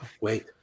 wait